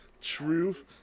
truth